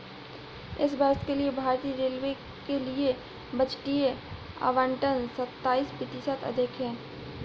इस वर्ष के लिए भारतीय रेलवे के लिए बजटीय आवंटन सत्ताईस प्रतिशत अधिक है